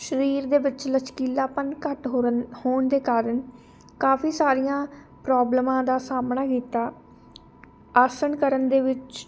ਸਰੀਰ ਦੇ ਵਿੱਚ ਲਚਕੀਲਾਪਨ ਘੱਟ ਹੋਰਨ ਹੋਣ ਦੇ ਕਾਰਨ ਕਾਫੀ ਸਾਰੀਆਂ ਪ੍ਰੋਬਲਮਾਂ ਦਾ ਸਾਹਮਣਾ ਕੀਤਾ ਆਸਣ ਕਰਨ ਦੇ ਵਿੱਚ